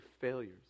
failures